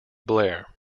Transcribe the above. blair